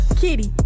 kitty